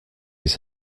his